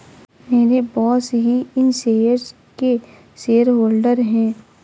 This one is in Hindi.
मेरे बॉस ही इन शेयर्स के शेयरहोल्डर हैं